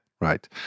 right